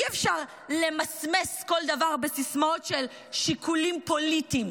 אי-אפשר למסמס כל דבר בסיסמאות של שיקולים פוליטיים.